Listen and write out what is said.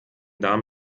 darm